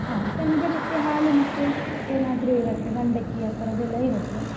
ಹಾಂ ಸಂಜೆ ಮತ್ತೆ ಹಾಲು ಮತ್ತು ಏನಾದರೂ ಇರತ್ತೆ ಮಂಡಕ್ಕಿ ಆ ಥರದ್ದೆಲ್ಲ ಇರತ್ತೆ